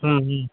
ம் ம்